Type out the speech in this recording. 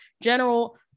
General